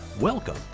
Welcome